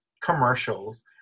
commercials